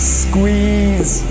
squeeze